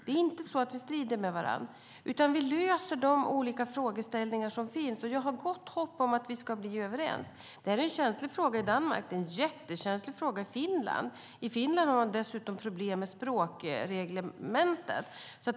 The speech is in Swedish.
Det är inte så att vi strider med varandra, utan vi löser de olika frågeställningar som finns. Jag har gott hopp om att vi ska bli överens. Det här är en känslig fråga i Danmark, och det är en jättekänslig fråga i Finland. I Finland har de dessutom problem med språkreglementet.